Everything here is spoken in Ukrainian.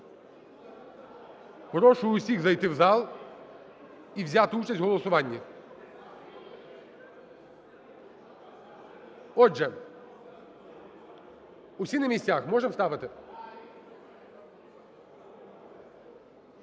Прошу всіх зайти в зал і взяти участь в голосуванні. Отже, всі на місцях, можемо ставити?